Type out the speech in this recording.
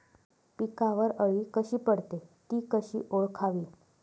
पिकावर अळी कधी पडते, ति कशी ओळखावी?